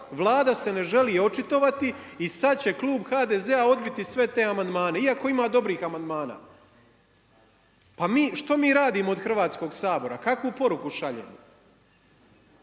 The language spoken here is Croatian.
Vlada se ne želi očitovati i sad će Klub HDZ-a odbiti sve te amandmane iako ima dobrih amandmana. Što mi radimo od Hrvatskog sabora? Kakvu poruku šaljemo?